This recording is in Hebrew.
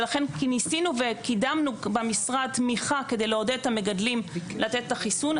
ולכן ניסינו וקידמנו במשרד תמיכה כדי לעודד את המגדלים לתת את החיסון.